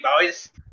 boys